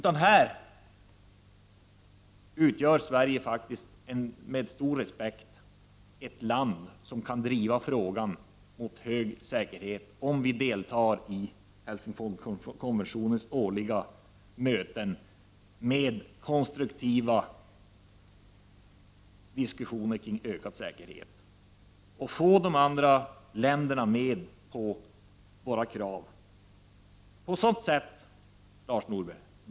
Sverige är faktiskt ett land med stor respekt och kan driva frågan mot hög säkerhet, om Sverige deltar i Helsingforskonventionens årliga möten med konstruktiva diskussioner kring ökad säkerhet. Vi kan få andra länder med på våra krav, Lars Norberg.